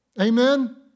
Amen